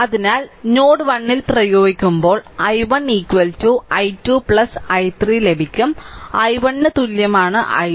അതിനാൽ നോഡ് 1 ൽ പ്രയോഗിക്കുമ്പോൾ i1 i 2 i3 ലഭിക്കും i1 തുല്യമാണ് i 2